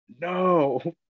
no